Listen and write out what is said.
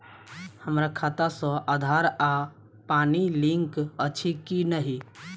हम्मर खाता सऽ आधार आ पानि लिंक अछि की नहि?